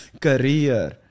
career